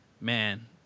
man